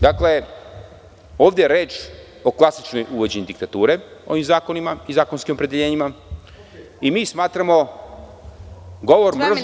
Dakle, ovde je reč o klasičnom uvođenju diktature ovim zakonima i zakonskim opredeljenjima i mi smatramo govor mržnje…